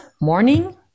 morning